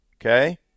Okay